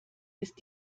ist